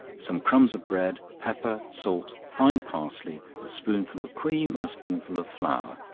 some crumbs of bread, pepper, salt, fine parsley, a spoonful of cream, and a spoonful of flour